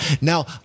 Now